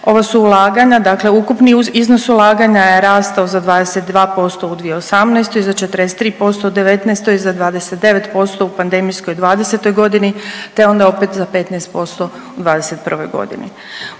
Ovo su ulaganja, dakle ukupni iznos ulaganja je rastao za 22% u 2018., za 43% u '19. i 29% u pandemijskoj '20. godini te onda opet za 15% u '21. godini.